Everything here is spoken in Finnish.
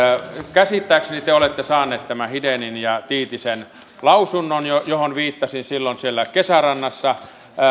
käsittääkseni te te olette saaneet tämän hidenin ja tiitisen lausunnon johon viittasin silloin kesärannassa